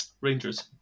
Rangers